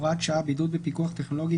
(הוראת שעה) (בידוד בפיקוח טכנולוגי),